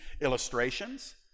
illustrations